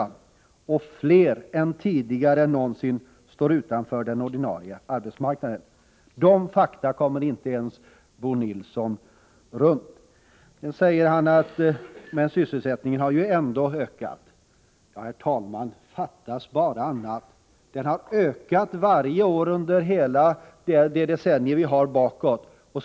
Fler än någonsin tidigare står utanför den ordinarie arbetsmarknaden. Dessa fakta kommer inte ens Nr 162 Bo Nilsson undan. Onsdagen den Bo Nilsson säger att sysselsättningen ju ändå har ökat. Men, herr talman, Sjuni 1985 fattas bara annat. Den har ökat varje år under hela det decennium vi har bakom oss.